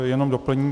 Jenom doplním.